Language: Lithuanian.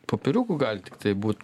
popieriukų gali tiktai būt